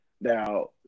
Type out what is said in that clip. Now